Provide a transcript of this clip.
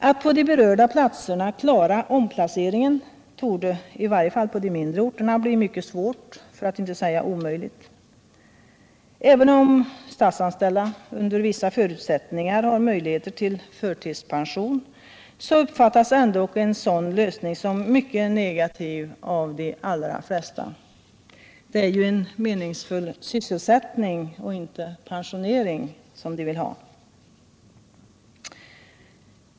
Att på de berörda platserna klara omplaceringen torde — i varje fall när det gäller de mindre orterna — bli mycket svårt, för att inte säga omöjligt. Även om statsanställda under vissa förutsättningar har möjlighet till förtidspension, så uppfattas ändock en sådan lösning som mycket negativ av de allra flesta. Det är ju meningsfull sysselsättning och inte pensionering som de vill ha.